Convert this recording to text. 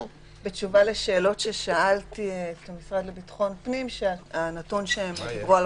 בתשובה לשאלות ששאלתי את המשרד לביטחון פנים על הנתון שהם דיברו עליו,